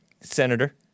senator